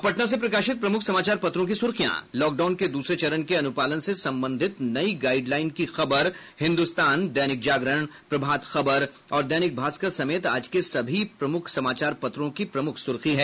अब पटना से प्रकाशित प्रमुख समाचार पत्रों की सुर्खियां लॉकडाउन के दूसरे चरण के अनुपालन से संबंधित नयी गाइड लाइन की खबर हिन्द्रस्तान दैनिक जागरण प्रभात खबर और दैनिक भास्कर समेत आज के सभी समाचार पत्रों की प्रमुख सुर्खी है